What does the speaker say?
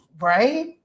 right